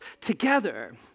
together